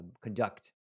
conduct